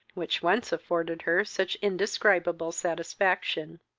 which once afforded her such indescribable satisfaction.